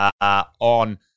on